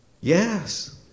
Yes